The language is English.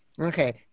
Okay